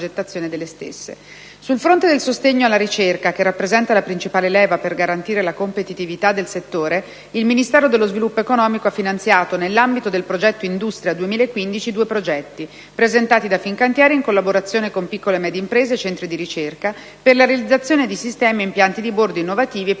Sul fronte del sostegno alla ricerca, che rappresenta la principale leva per garantire la competitività del settore, il Ministero dello sviluppo economico ha finanziato, nell'ambito del progetto «Industria 2015», due progetti, presentati da Fincantieri in collaborazione con piccole e medie imprese e centri di ricerca, per la realizzazione di sistemi e impianti di bordo innovativi e